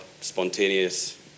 spontaneous